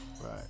Right